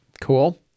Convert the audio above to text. cool